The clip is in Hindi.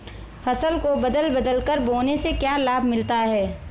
फसल को बदल बदल कर बोने से क्या लाभ मिलता है?